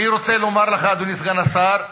אני רוצה לומר לך, אדוני סגן השר,